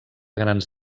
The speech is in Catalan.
grans